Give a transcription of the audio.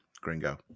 Gringo